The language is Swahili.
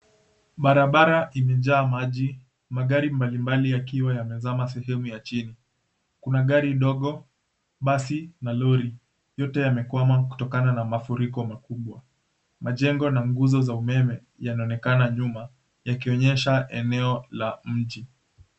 Barabara imejaa maji, magari mbalimbali yakiwa yamezama sehemu ya chini. Kuna gari dogo, basi na lori. Yote yamekwama kutokana na mafuriko makubwa. Majengo na nguzo za umeme yanaonekana nyuma yakionyesha eneo la mji.